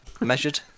measured